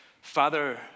Father